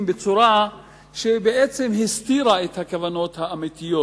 בצורה שהסתירה את הכוונות האמיתיות.